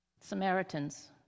Samaritans